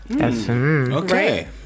Okay